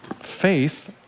Faith